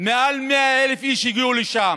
מעל 100,000 הגיעו לשם,